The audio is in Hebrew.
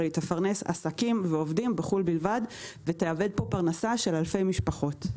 אבל היא תפרנס עסקים ועובדים בחו"ל בלבד ותאבד פה פרנסה של אלפי משפחות.